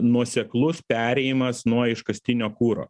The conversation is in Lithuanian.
nuoseklus perėjimas nuo iškastinio kuro